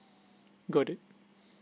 got it